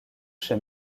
chez